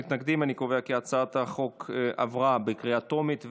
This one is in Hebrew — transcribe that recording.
ההצעה להעביר את הצעת חוק החומרים המסוכנים (תיקון,